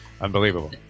Unbelievable